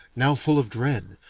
now full of dread,